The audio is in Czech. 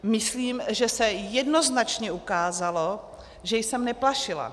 Myslím, že se jednoznačně ukázalo, že jsem neplašila.